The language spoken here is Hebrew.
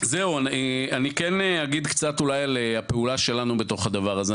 אני כן אגיד קצת אולי על הפעולה שלנו בתוך הדבר הזה.